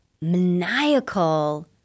maniacal